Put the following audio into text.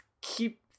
keep